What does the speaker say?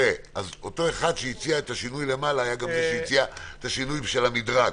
אותו אחד שהציע את השינוי למעלה היה גם מי שהציע את השינוי של המדרג.